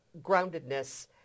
groundedness